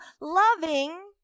loving